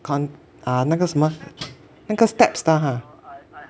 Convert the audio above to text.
count 啊那个什么那个 steps 的 ha